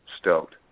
stoked